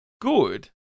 good